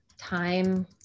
time